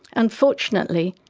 unfortunately,